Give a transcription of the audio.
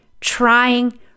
trying